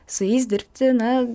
su jais dirbti na